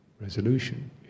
resolution